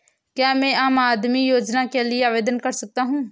क्या मैं आम आदमी योजना के लिए आवेदन कर सकता हूँ?